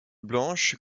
blanche